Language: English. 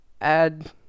Add